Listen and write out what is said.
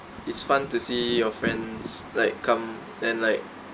it's fun to see your friends like come then like